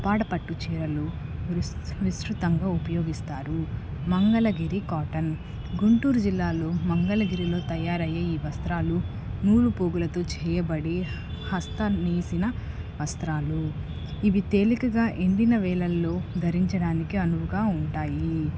ఉప్పాడ పట్టు చీరలు వ్రిస్ విస్తృతంగా ఉపయోగిస్తారు మంగళగిరి కాటన్ గుంటూరు జిల్లాలో మంగళగిరిలో తయారయ్యే ఈ వస్త్రాలు నూలు పోగులతో చేయబడి హస్టంతో నేసిన వస్త్రాలు ఇవి తేలికగా ఎండిన వేళల్లో ధరించడానికి అనువుగా ఉంటాయి